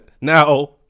Now